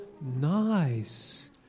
nice